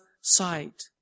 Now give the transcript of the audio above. sight